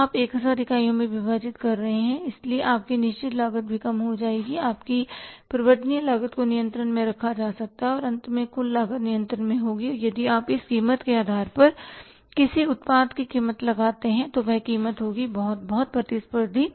अब आप 1000 इकाइयों में विभाजित कर रहे हैं इसलिए आपकी निश्चित लागत भी कम हो जाएगी आपकी परिवर्तनीय लागत को नियंत्रण में रखा जा सकता है और अंत में कुल लागत नियंत्रण में होगी और यदि आप उस कीमत के आधार पर किसी उत्पाद की कीमत लगाते हैं तो वह कीमत होगी बहुत बहुत प्रतिस्पर्धी